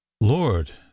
lord